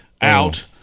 out